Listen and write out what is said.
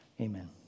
Amen